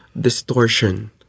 distortion